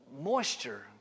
moisture